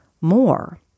more